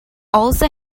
also